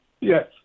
Yes